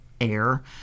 air